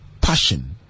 passion